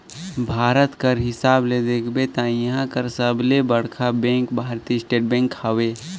भारत कर हिसाब ले देखबे ता इहां कर सबले बड़खा बेंक भारतीय स्टेट बेंक हवे